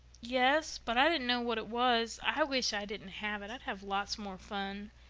yes, but i didn't know what it was. i wish i didn't have it. i'd have lots more fun.